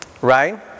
right